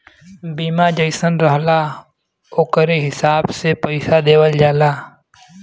बीमा जइसन रहला ओकरे हिसाब से पइसा देवल जाला